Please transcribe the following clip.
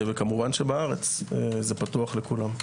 וכמובן שבארץ זה פתוח לכולם.